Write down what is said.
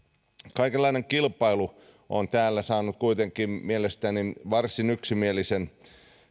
kaikenlainen kilpailu on täällä saanut kuitenkin mielestäni varsin yksimielisen